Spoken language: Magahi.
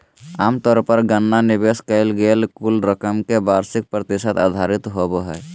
आमतौर पर गणना निवेश कइल गेल कुल रकम के वार्षिक प्रतिशत आधारित होबो हइ